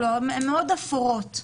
שיטות מאוד אפורות.